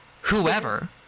whoever